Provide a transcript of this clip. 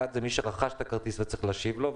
האחת זה מי שרכש את הכרטיס וצריך להשיב לו,